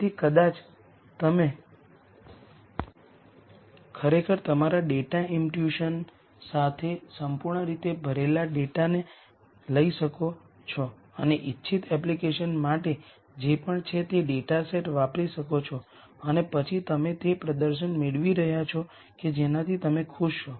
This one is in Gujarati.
તેથી કદાચ તમે ખરેખર તમારા ડેટા ઈમ્પ્યુટેશન સાથે સંપૂર્ણ રીતે ભરેલા ડેટાને લઈ શકો છો અને ઇચ્છિત એપ્લિકેશન માટે જે પણ છે તે ડેટાસેટ વાપરી શકો છો અને પછી તમે તે પ્રદર્શન મેળવી રહ્યા છો કે જેનાથી તમે ખુશ છો